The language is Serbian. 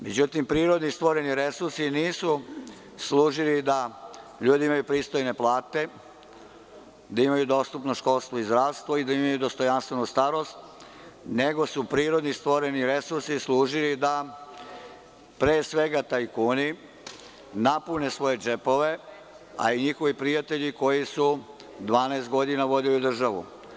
Međutim, prirodno stvoreni resursi nisu služili da ljudi imaju pristojne plate, da imaju dostupno školstvo i zdravstvo i da imaju dostojanstvenu starost nego su prirodno stvoreni resursi služili da pre svega tajkuni napune svoje džepove, a i njihovi prijatelji koji su 12 godina vodili državu.